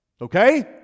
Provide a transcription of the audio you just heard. Okay